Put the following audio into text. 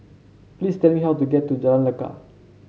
please tell me how to get to Jalan Lekar